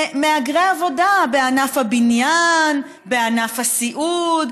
למהגרי עבודה בענף הבניין, בענף הסיעוד.